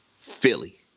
Philly